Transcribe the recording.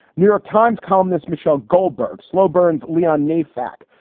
new york times columnist michelle goldberg, slow burns. leon neyfakh,